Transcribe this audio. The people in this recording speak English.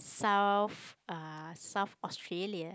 south uh South Australia